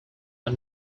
are